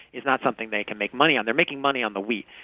is not something they can make money on. they're making money on the wheat,